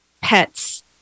pets